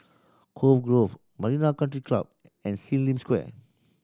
Cove Grove Marina Country Club and Sim Lim Square